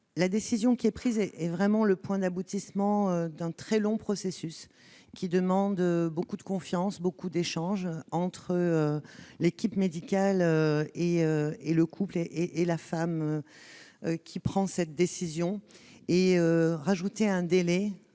La décision prise est le point d'aboutissement d'un très long processus qui demande beaucoup de confiance et d'échanges entre l'équipe médicale et le couple ou la femme qui prend cette décision. Rajouter un délai